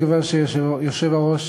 מכיוון שהיושב-ראש